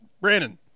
Brandon